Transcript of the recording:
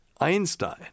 Einstein